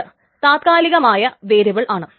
ഇത് താൽക്കാലികമായ വേരിയബിൾ ആണ്